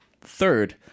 Third